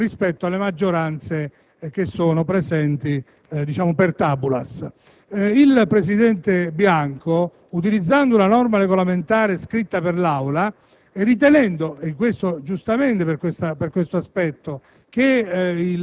o meno rispetto alle maggioranze che sono presenti *per* *tabulas*. Il presidente Bianco - utilizzando una norma regolamentare scritta per l'Aula e considerando, giustamente per questo aspetto,